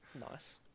Nice